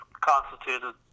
Constituted